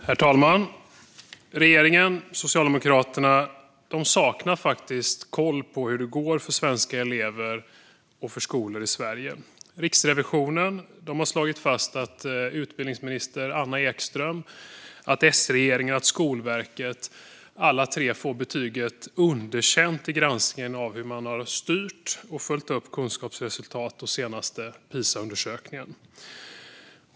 Herr talman! Regeringen och Socialdemokraterna saknar koll på hur det går för svenska elever och för skolor i Sverige. Riksrevisionen har slagit fast att utbildningsminister Anna Ekström, S-regeringen och Skolverket alla tre får betyget underkänt i granskningen av hur man har styrt och följt upp kunskapsresultat och den senaste Pisaundersökningen.